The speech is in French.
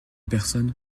personnes